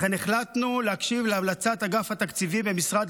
לכן החלטנו להקשיב להמלצת אגף התקציבים במשרד